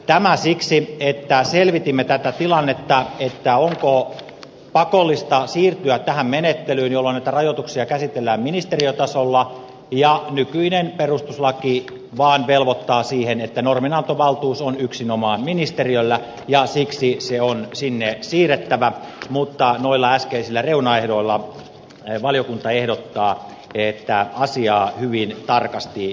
tämä siksi että selvitimme tätä tilannetta onko pakollista siirtyä tähän menettelyyn jolloin näitä rajoituksia käsitellään ministeriötasolla ja nykyinen perustuslaki vaan velvoittaa siihen että norminantovaltuus on yksinomaan ministeriöllä ja siksi se on sinne siirrettävä mutta noilla äskeisillä reunaehdoilla valiokunta ehdottaa että asiaa hyvin tarkasti seurataan